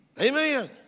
Amen